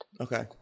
Okay